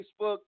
Facebook